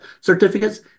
certificates